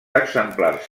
exemplars